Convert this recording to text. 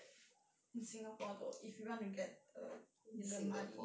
in singapore though if you want to get the need the money